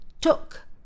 took